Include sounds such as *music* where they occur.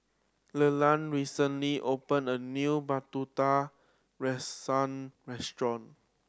Leland recently opened a new *unintelligible* rusa restaurant